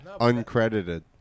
Uncredited